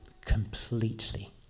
Completely